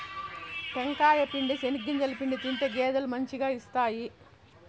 టెంకాయ పిండి, చెనిగింజల పిండి తింటే గేదెలు మంచిగా ఇస్తాయి